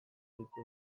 dituzte